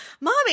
mommy